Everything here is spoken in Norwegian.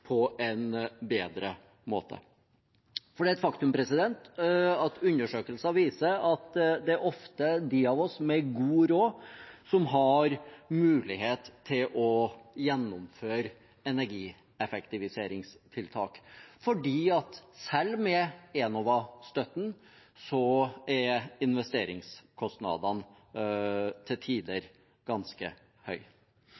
på en bedre måte. Det er et faktum at undersøkelser viser at det ofte er de av oss med god råd som har mulighet til å gjennomføre energieffektiviseringstiltak, for selv med Enova-støtten er investeringskostnadene til tider